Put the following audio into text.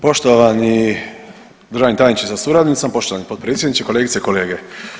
Poštovani državni tajniče sa suradnicom, poštovani potpredsjedniče, kolegice i kolege.